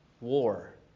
war